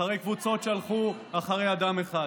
אחרי קבוצות שהלכו אחרי אדם אחד.